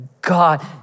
God